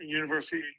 university